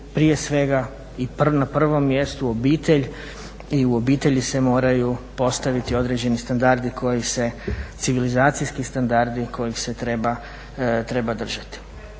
prije svega i na prvom mjestu obitelj i u obitelji se moraju postaviti određeni standardi koji se, civilizacijskih standardi kojih se treba držati.